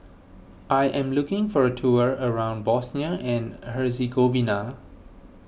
I am looking for a tour around Bosnia and Herzegovina